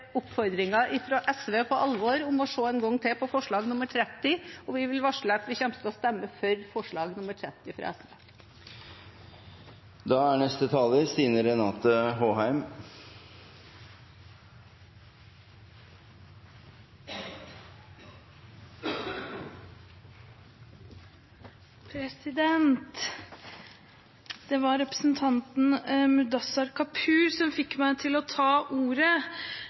oppfordringen fra SV på alvor om å se en gang til på forslag nr. 30, fra SV, og kommer til å stemme for det. Det var representanten Mudassar Kapur som fikk meg til å ta ordet.